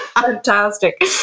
Fantastic